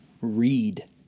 read